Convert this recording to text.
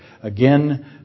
Again